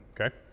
Okay